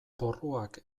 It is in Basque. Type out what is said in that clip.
porruak